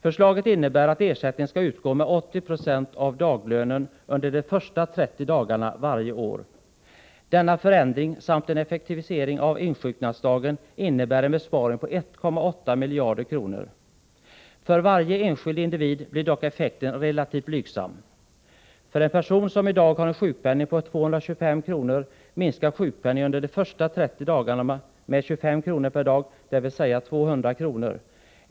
Förslaget innebär att ersättningen skall utgå med 80 26 av dagslönen under de första 30 dagarna varje år. Denna förändring, samt en effektivisering när det gäller insjuknandedagen, innebär en besparing på 1,8 miljarder kronor. För varje enskild individ blir dock effekten relativt blygsam. För en person som i dag har en sjukpenning på 225 kr. minskar sjukpenningen under de första 30 dagarna med 25 kr. per dag, dvs. till 200 kr.